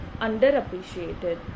underappreciated